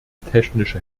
technische